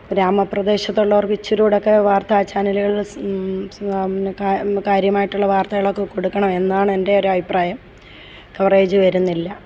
ഗ്രാമപ്രദേശത്തുള്ളവർക്ക് ഇച്ചിരികുടെയൊക്കെ വാർത്താ ചാനലുകൾ കാര്യ കാര്യമായിട്ടുള്ള വർത്തകളൊക്കെ കൊടുക്കണമായിരുന്നു എന്നാണ് എൻ്റെ ഒരഭിപ്രായം കവറേജ് വരുന്നില്ല